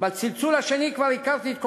בצלצול השני כבר הכרתי את קולך.